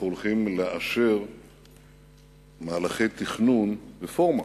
אנחנו הולכים לאשר מהלכי תכנון, רפורמה